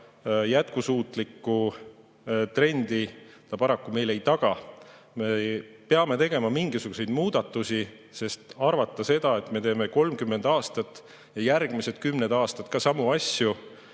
jätkusuutlikku trendi ta paraku meile ei taga. Me peame tegema mingisuguseid muudatusi, sest arvata seda, et me teeme 30 aastat ja järgmised kümned aastad ka samu asju,